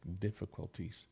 difficulties